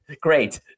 great